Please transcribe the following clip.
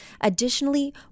Additionally